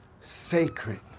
sacred